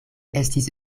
estis